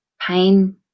pain